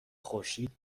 خورشید